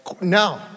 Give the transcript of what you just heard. no